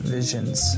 Visions